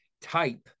type